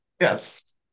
Yes